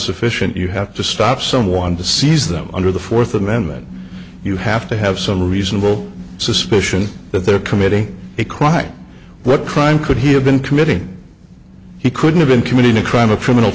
sufficient you have to stop someone to seize them under the fourth amendment you have to have some reasonable suspicion that they're committing a crime what crime could he have been committing he couldn't have been committing a crime a criminal